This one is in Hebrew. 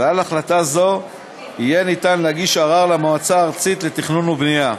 ועל החלטה זו יהיה אפשר להגיש ערר למועצה הארצית לתכנון ובנייה.